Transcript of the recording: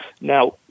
Now